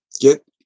get